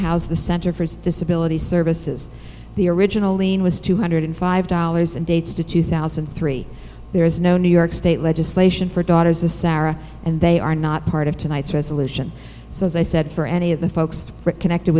house the center for his disability services the original lien was two hundred five dollars and dates to two thousand and three there is no new york state legislation for daughter's a sarah and they are not part of tonight's resolution so as i said for any of the folks connected